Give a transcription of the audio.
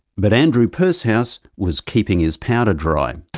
but andrew pursehouse was keeping his powder dry.